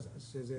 אז זה